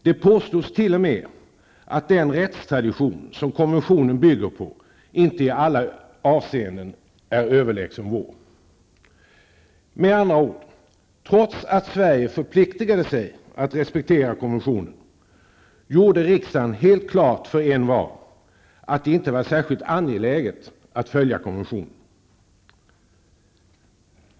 Det påstods t.o.m. att den rättstradition som konventionen bygger på inte i alla avseenden är överlägsen vår. Med andra ord, trots att Sverige förpliktigade sig att respektera konventionen, gjorde riksdagen helt klart för envar att det inte var särskilt angeläget att följa konventionen.